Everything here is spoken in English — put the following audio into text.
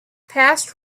past